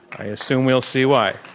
i assume we'll see why.